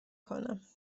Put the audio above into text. کنم